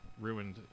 ruined